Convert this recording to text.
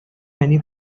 many